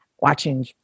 watching